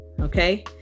okay